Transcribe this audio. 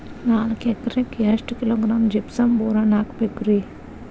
ನಾಲ್ಕು ಎಕರೆಕ್ಕ ಎಷ್ಟು ಕಿಲೋಗ್ರಾಂ ಜಿಪ್ಸಮ್ ಬೋರಾನ್ ಹಾಕಬೇಕು ರಿ?